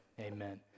Amen